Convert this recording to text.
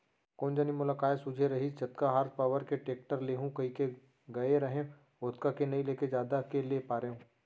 कोन जनी मोला काय सूझे रहिस जतका हार्स पॉवर के टेक्टर लेहूँ कइके गए रहेंव ओतका के नइ लेके जादा के ले पारेंव